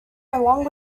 along